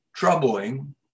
Troubling